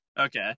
Okay